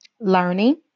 learning